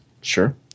Sure